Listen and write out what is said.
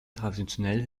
traditionell